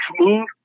smooth